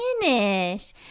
finish